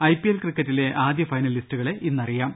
IPL ക്രിക്കറ്റിലെ ആദ്യ ഫൈനലിസ്റ്റുകളെ ഇന്നറിയാം